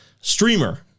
streamer